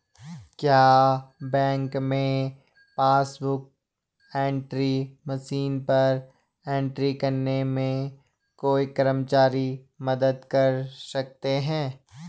क्या बैंक में passbook book entry machine पर एंट्री करने में कोई कर्मचारी मदद कर सकते हैं?